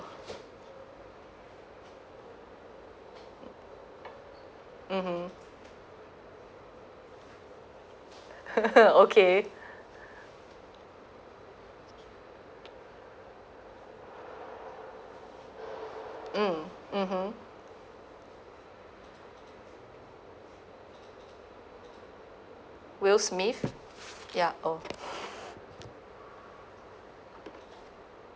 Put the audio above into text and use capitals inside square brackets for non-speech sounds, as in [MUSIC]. mmhmm [LAUGHS] okay mm mmhmm will smith ya oh